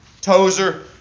Tozer